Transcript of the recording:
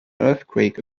earthquake